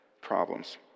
problems